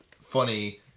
funny